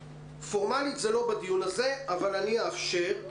פורמאלית זה לא בדיון הזה אבל אני אאפשר,